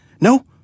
No